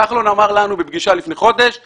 כחלון אמר לנו בפגישה לפני חודש שהוא